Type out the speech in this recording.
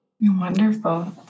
Wonderful